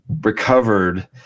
recovered